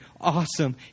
awesome